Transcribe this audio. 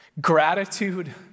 Gratitude